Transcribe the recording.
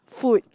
food